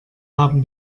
haben